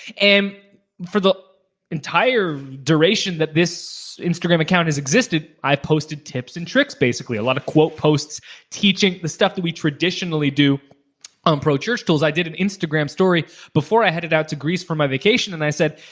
and um for the entire duration that this instagram account has existed, i posted tips and trick basically. a lot of quote posts teaching the stuff that we traditionally do on pro church tools, i did an instagram story before i headed out to greece for my vacation and i said,